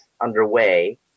underway